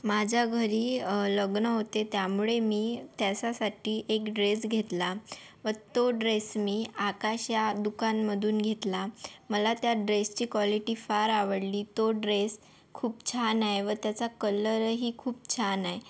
माझ्या घरी लग्न होते त्यामुळे मी त्याच्यासाठी एक ड्रेस घेतला व तो ड्रेस मी आकाश या दुकानमधून घेतला मला त्या ड्रेसची क्वालिटी फार आवडली तो ड्रेस खूप छान आहे व त्याचा कलरही खूप छान आहे